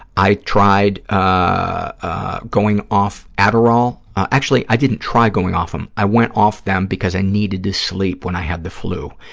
i tried ah going off adderall, actually, i didn't try going off them. i went off them because i needed to sleep when i had the flu,